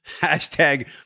Hashtag